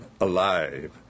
alive